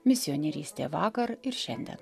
misionierystė vakar ir šiandien